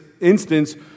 instance